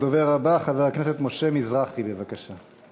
הדובר הבא, חבר הכנסת משה מזרחי, בבקשה.